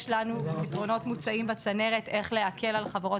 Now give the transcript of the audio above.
יש לנו פתרונות מוצעים בצנרת לגבי איך להקל על חברות,